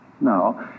No